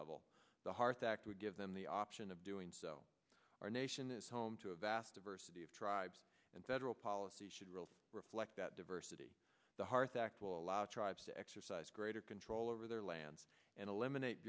level the hearth act would give them the option of doing so our nation is home to a vast diversity of tribes and federal policy should really reflect that diversity the hearth act will allow tribes to exercise greater control over their lands and eliminate